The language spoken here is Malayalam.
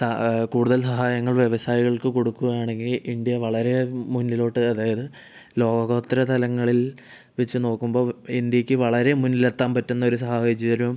സ കൂടുതൽ സഹായങ്ങൾ വ്യവസായികൾക്ക് കൊടുക്കുവാണെങ്കിൽ ഇന്ത്യ വളരെ മുന്നിലോട്ട് അതായത് ലോകോത്തര തലങ്ങളിൽ വെച്ചുനോക്കുമ്പോൾ ഇന്ത്യയ്ക്ക് വളരെ മുന്നിലെത്താൻ പറ്റുന്ന ഒരു സാഹചര്യം